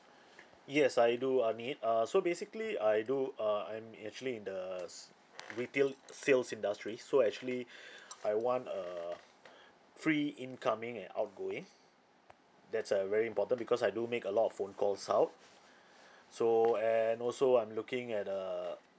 yes I do uh need uh so basically I do uh I'm actually in the s~ retail sales industry so actually I want uh free incoming and outgoing that's uh very important because I do make a lot of phone calls out so and also I'm looking at err